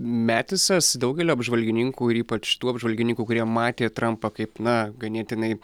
metisas daugelio apžvalgininkų ir ypač tų apžvalgininkų kurie matė trampą kaip na ganėtinai